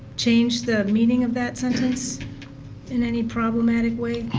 change the meaning of that sentence in any problematic way,